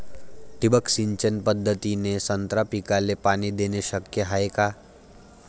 ठिबक सिंचन पद्धतीने संत्रा पिकाले पाणी देणे शक्य हाये का?